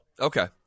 Okay